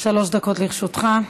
שלוש דקות לרשותך.